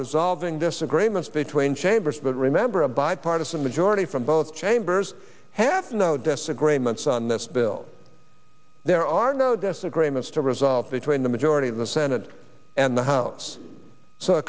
resolving disagreements between chambers but remember a bipartisan majority from both chambers have no disagreements on this bill there are no disagreements to resolve the two in the majority in the senate and the house